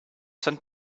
sent